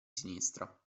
sinistra